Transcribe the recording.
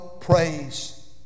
praise